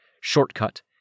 Shortcut